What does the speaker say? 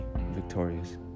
victorious